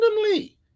randomly